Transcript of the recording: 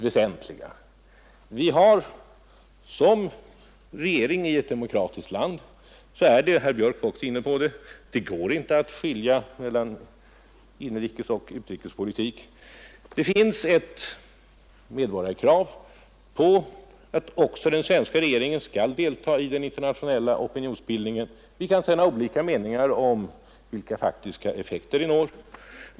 Som regering i ett demokratiskt land kan vi inte — vilket också herr Björk i Göteborg var inne på — skilja mellan inrikesoch utrikespolitik. Det finns ett medborgarkrav på att också den svenska regeringen skall delta i den internationella opinionsbildningen, och vi kan sedan ha olika meningar om vilka faktiska effekter vi når därmed.